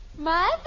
Mother